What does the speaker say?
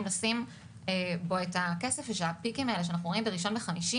לשים בו את הכסף ושהפיקים האלה שאנחנו רואים בראשון וחמישי